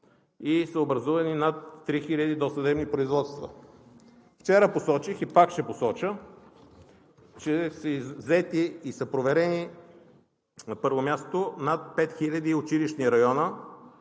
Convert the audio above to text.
и са образувани над 3000 досъдебни производства. Вчера посочих, и пак ще посоча, че са проверени, на първо място, над 5000 училищни района,